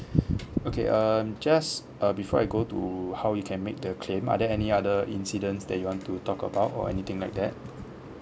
okay um just uh before I go to how you can make the claim are there any other incidents that you want to talk about or anything like that